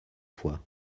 fois